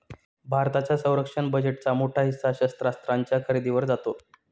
भारताच्या संरक्षण बजेटचा मोठा हिस्सा शस्त्रास्त्रांच्या खरेदीवर जातो